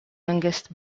youngest